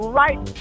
right